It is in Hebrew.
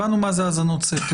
הבנו מה זה האזנות סתר.